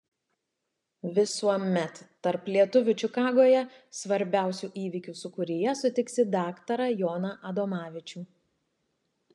visuomet tarp lietuvių čikagoje svarbiausių įvykių sūkuryje sutiksi daktarą joną adomavičių